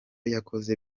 yakoze